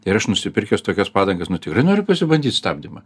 ir aš nusipirkęs tokias padangas nu tikrai noriu pasibandyt stabdymą